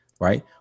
right